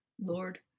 Lord